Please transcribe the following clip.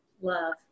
love